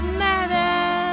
matter